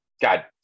God